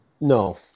no